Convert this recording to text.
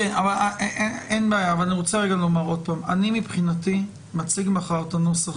אין בעיה אבל אני רוצה לומר שמבחינתי אני מציג מחר את הנוסח